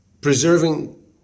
preserving